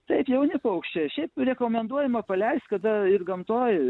taip jauni paukščiai šiaip rekomenduojama paleist kada ir gamtoj